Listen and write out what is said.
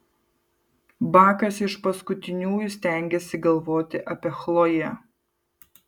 bakas iš paskutiniųjų stengėsi galvoti apie chloję